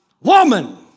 Woman